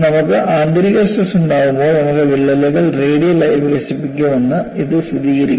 നമുക്ക് ആന്തരിക സ്ട്രെസ് ഉണ്ടാകുമ്പോൾ നമുക്ക് വിള്ളലുകൾ റേഡിയൽ ആയി വികസിക്കാമെന്ന് ഇത് സ്ഥിരീകരിക്കുന്നു